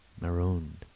marooned